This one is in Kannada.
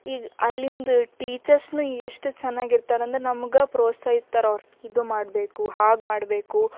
ಈಗ ಅಲ್ಲಿಂದ ಟೀಚರ್ಸ್ನು ಎಷ್ಟು ಚೆನ್ನಾಗಿರ್ತಾರಂದ್ರ ನಮ್ಗೆ ಪ್ರೋತ್ಸಾಹಿಸ್ತಾರವ್ರು ಇದು ಮಾಡಬೇಕು ಹಾಗೆ ಮಾಡಬೇಕು